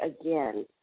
again